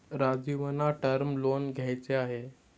राजीवना term loan घ्यायचे आहे